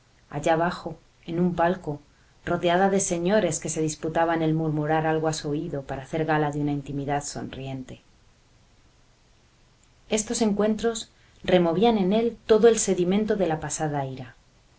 allá abajo en un palco rodeada de señores que se disputaban el murmurar algo a su oído para hacer gala de una intimidad sonriente estos encuentros removían en él todo el sedimento de la pasada ira